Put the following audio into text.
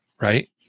right